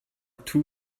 two